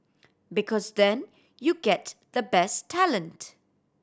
because then you get the best talent